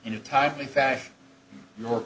n a timely fashion your